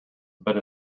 but